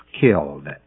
killed